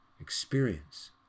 experience